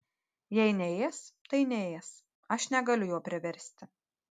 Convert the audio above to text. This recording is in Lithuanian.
jei neės tai neės aš negaliu jo priversti